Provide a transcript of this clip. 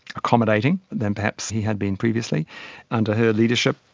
accommodating than perhaps he had been previously under her leadership.